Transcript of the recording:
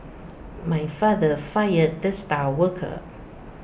my father fired the star worker